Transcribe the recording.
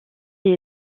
elle